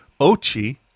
Ochi